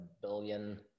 billion